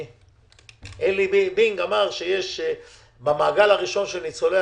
עלי בינג אמר שבמעגל הראשון של ניצולי